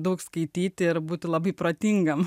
daug skaityti ir būti labai protingam